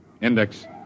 Index